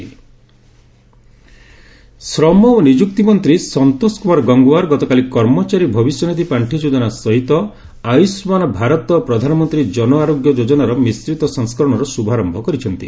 ESI Ayushman Bharat ଶ୍ରମ ଓ ନିଯୁକ୍ତିମନ୍ତ୍ରୀ ସନ୍ତୋଷ କୁମାର ଗଙ୍ଗୱାର ଗତକାଲି କର୍ମଚାରୀ ଭବିଷ୍ୟନିଧି ପାର୍ଷି ଯୋଜନା ସହିତ ଆୟୁଷ୍ମାନ ଭାରତ ପ୍ରଧାନମନ୍ତ୍ରୀ ଜନ ଆରୋଗ୍ୟ ଯୋଜନାର ମିଶ୍ରିତ ସଂସ୍କରଣର ଶୁଭାରମ୍ଭ କରିଛନ୍ତି